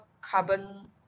carbon